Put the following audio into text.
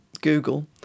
Google